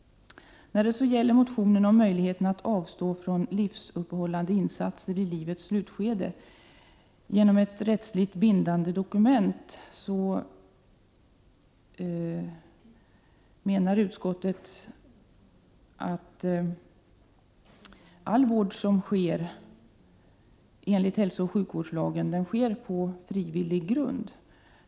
När det gäller motionen om möjligheten att avstå från livsuppehållande insatser i livets slutskede genom ett rättsligt bindande dokument, menar utskottet att all vård som sker enligt hälsooch sjukvårdslagen sker på frivillig grund.